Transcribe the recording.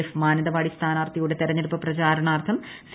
F Mananthavady സ്ഥാനാർത്ഥിയുടെ തെരഞ്ഞെടുപ്പ് പ്രചാരണാർത്ഥം സി